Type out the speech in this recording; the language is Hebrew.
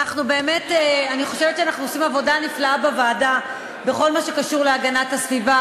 אני חושבת שאנחנו עושים עבודה נפלאה בוועדה בכל מה שקשור להגנת הסביבה,